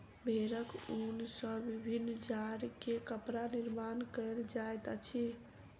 भेड़क ऊन सॅ विभिन्न जाड़ के कपड़ा निर्माण कयल जाइत अछि